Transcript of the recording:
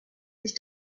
sich